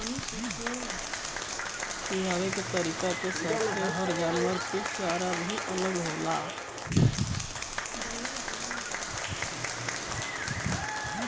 खिआवे के तरीका के साथे हर जानवरन के चारा भी अलग होला